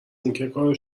اینکه